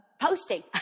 posting